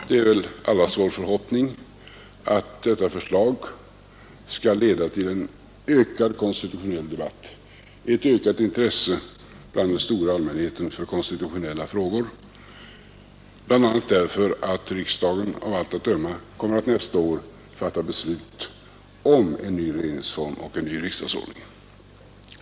Det är väl allas vår förhoppning att detta förslag skall leda till en ökad konstitutionell debatt, ett ökat intresse bland den stora allmänheten för konstitutionella frågor, bl.a. därför att riksdagen av allt att döma kommer att nästa år fatta beslut om en ny regeringsform och en ny riksdagsordning.